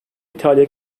i̇talya